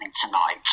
tonight